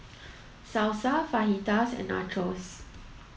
Salsa Fajitas and Nachos